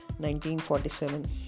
1947